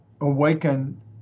awaken